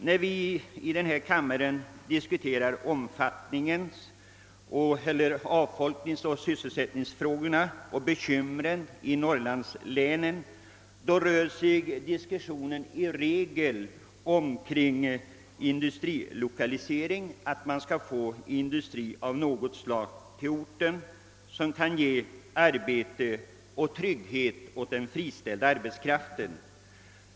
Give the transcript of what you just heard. När vi i denna kammare diskuterar avfolkningsoch sysselsättningsfrågorna i norrlandslänen rör sig debatten i regel om industrilokalisering. Man vill få industri av något slag till orten i fråga för att ge arbete och trygghet åt den friställda arbetskraften.